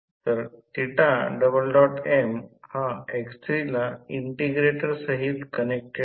तर m हा x3 ला इंटिग्रेटर सहित कनेक्टेड आहे